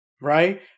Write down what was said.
right